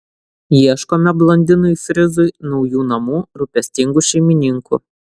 ieškome blondinui frizui naujų namų rūpestingų šeimininkų